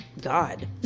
god